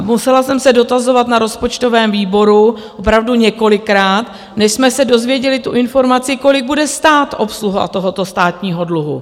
Musela jsem se dotazovat na rozpočtovém výboru opravdu několikrát, než jsme se dozvěděli informaci, kolik bude stát obsluha tohoto státního dluhu.